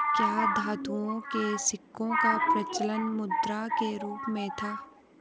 क्या धातुओं के सिक्कों का प्रचलन मुद्रा के रूप में था?